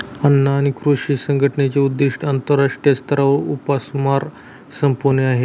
अन्न आणि कृषी संघटनेचे उद्दिष्ट आंतरराष्ट्रीय स्तरावर उपासमार संपवणे आहे